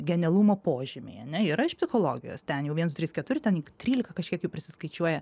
genialumo požymiai ane yra iš psichologijos ten jau viens trys keturi ten trylika kažkiek jų prisiskaičiuoja